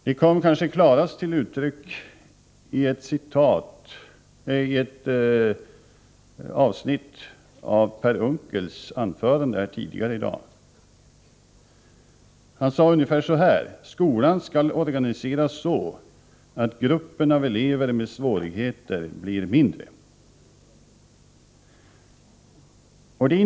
Det kom kanske klarast till uttryck i ett avsnitt av Per Unckels anförande tidigare i dag. Han sade ungefär så här: Skolan skall organiseras så, att gruppen av elever med svårigheter blir mindre.